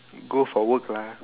go for work lah